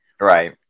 right